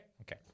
Okay